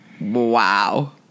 Wow